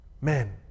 Men